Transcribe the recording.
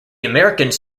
americans